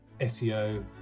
SEO